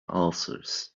ulcers